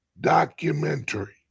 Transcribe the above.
documentary